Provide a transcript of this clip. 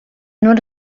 non